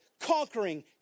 conquering